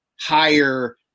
higher